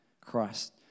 Christ